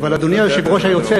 אבל אדוני היושב-ראש היוצא,